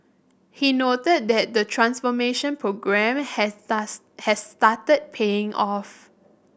he noted that the transformation programme has starts has started paying off